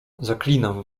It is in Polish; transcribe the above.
zaklinam